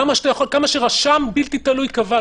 כמה שרשם בלתי תלוי קבע,